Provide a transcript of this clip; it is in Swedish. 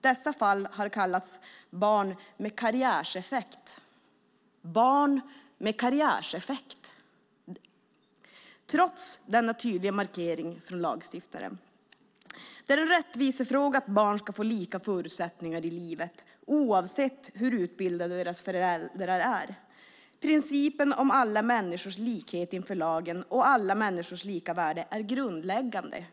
Dessa fall har kallats "barn med karriäreffekt" - trots den tydliga markeringen från lagstiftaren. Det är en rättvisefråga att barn ska få lika förutsättningar i livet oavsett hur utbildade deras föräldrar är. Principen om alla människors likhet inför lagen och alla människors lika värde är grundläggande.